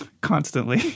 constantly